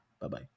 Bye-bye